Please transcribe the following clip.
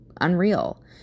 unreal